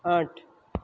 આઠ